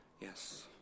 Yes